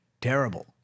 terrible